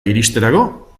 iristerako